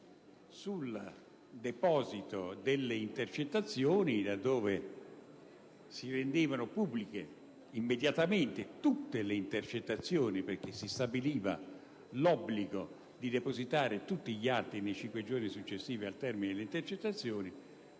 sul deposito delle intercettazioni là dove si rendevano pubbliche immediatamente tutte le intercettazioni, perché si stabiliva l'obbligo di depositare tutti gli atti nei cinque giorni successivi al termine delle intercettazioni,